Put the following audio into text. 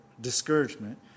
discouragement